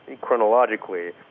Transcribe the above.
chronologically